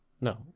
No